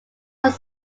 have